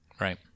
Right